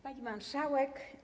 Pani Marszałek!